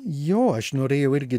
jo aš norėjau irgi